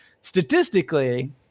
Statistically